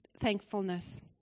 thankfulness